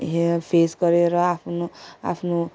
हेय face गरेर आफ्नो आफ्नो